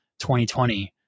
2020